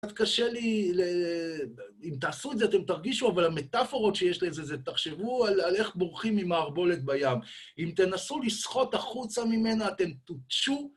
קצת קשה לי ל... אם תעשו את זה, אתם תרגישו, אבל המטאפורות שיש לזה זה תחשבו על איך בורחים ממערבולת בים. אם תנסו לשחות החוצה ממנה, אתם תותשו.